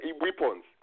weapons